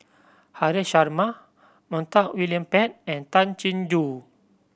Haresh Sharma Montague William Pett and Tay Chin Joo